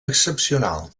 excepcional